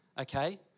Okay